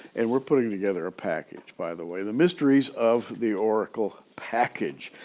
and we're putting together a package, by the way. the mysteries of the oracle package.